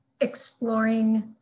exploring